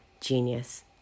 genius